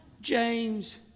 James